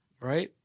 right